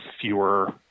fewer